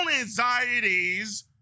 anxieties